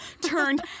turned